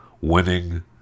winning